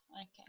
Okay